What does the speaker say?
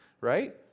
Right